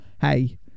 Hey